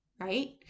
right